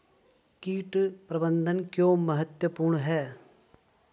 कीट प्रबंधन क्यों महत्वपूर्ण है?